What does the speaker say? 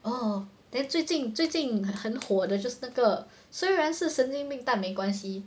oh then 最近最近很火的就是那个虽然是神经病但没关系